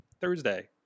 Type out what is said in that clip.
Thursday